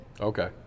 Okay